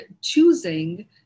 choosing